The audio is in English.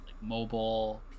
mobile